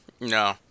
no